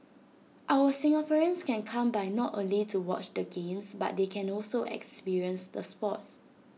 our Singaporeans can come by not only to watch the games but they can also experience the sports